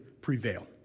prevail